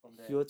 from there